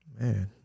Man